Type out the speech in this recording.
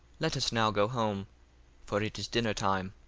let us now go home for it is dinner time.